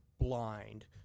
blind